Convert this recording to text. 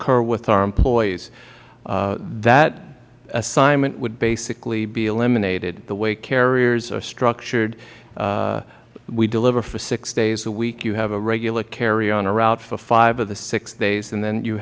occur with our employees that assignment would basically be eliminated the way carriers are structured we deliver for six days a week you have a regular carrier on a route for five of the six days and then you